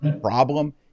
problem